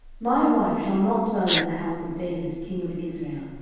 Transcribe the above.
my wife shall not dwell in the house of david king of israel,